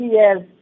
years